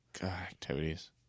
activities